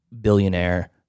billionaire